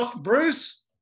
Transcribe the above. Bruce